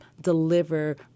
deliver